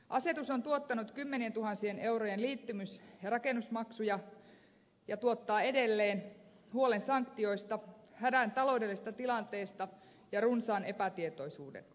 asetus on tuottanut kymmenientuhansien eurojen liittymis ja rakennusmaksuja ja tuottaa edelleen huolen sanktioista hädän taloudellisesta tilanteesta ja runsaan epätietoisuuden